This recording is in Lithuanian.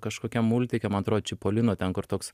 kažkokiam multike man atrodo čipolino ten kur toks